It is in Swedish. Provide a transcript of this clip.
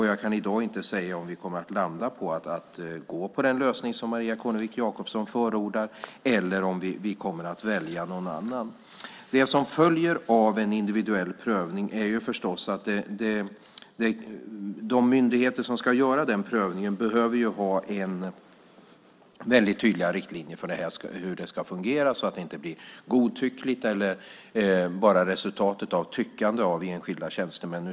Jag kan i dag inte säga om vi kommer att landa i att gå på den lösning som Maria Kornevik Jakobsson förordar eller om vi kommer att välja någon annan. Det som följer av en individuell prövning är förstås att de myndigheter som ska göra denna prövning behöver ha väldigt tydliga riktlinjer för hur det ska fungera så att det inte blir godtyckligt eller bara ett resultat av tyckande av enskilda tjänstemän.